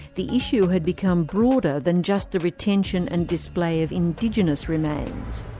the issue had become broader than just the retention and display of indigenous remains.